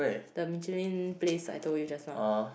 the Michelin place I told you just now